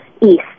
east